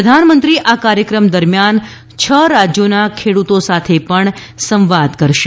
પ્રધાનમંત્રી આ કાર્યક્રમ દરમ્યાન છ રાજ્યોના ખેડૂતો સાથે સંવાદ પણ કરશે